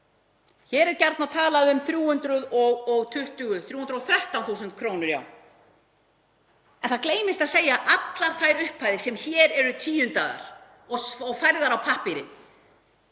Hér er gjarnan talað um 313.000 kr., já, en það gleymist að segja að allar þær upphæðir sem hér eru tíundaðar og færðar á pappírinn